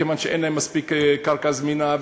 כיוון שאין להם מספיק קרקע זמינה,